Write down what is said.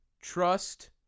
Trust